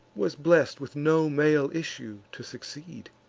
was blest with no male issue to succeed